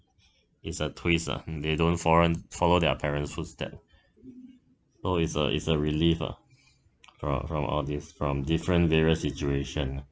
it's a twist lah they don't follow in follow their parents' footstep so it's a it's a relief lah fro~ from all this from different various situation lah